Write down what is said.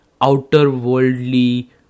outer-worldly